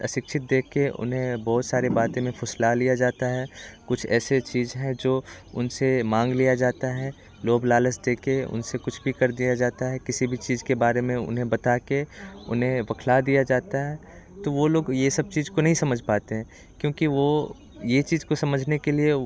अशिक्षित देखके उन्हें बहुत सारी बातें में फुसला लिया जाता है कुछ ऐसी चीज है जो उनसे मांग लिया जाता है लोग लालच के उनसे कुछ भी कर दिया जाता है किसी भी चीज के बारे में उन्हें बता के उन्हें पकड़ा दिया जाता है तो वो लोग ये सब चीज को नहीं समझ पाते हैं क्योंकि वो ये चीज को समझने के लिए